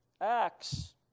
Acts